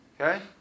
Okay